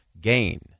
gain